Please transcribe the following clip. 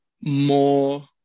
more